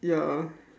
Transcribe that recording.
ya